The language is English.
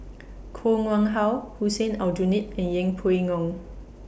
Koh Nguang How Hussein Aljunied and Yeng Pway Ngon